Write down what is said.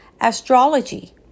astrology